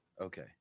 okay